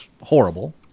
horrible